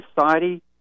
society